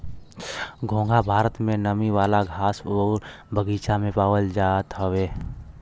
घोंघा भारत में नमी वाला घास आउर बगीचा में पावल जात हउवे